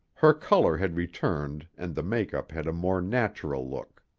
her color had returned and the make-up had a more natural look.